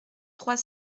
trois